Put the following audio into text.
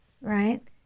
right